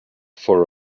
for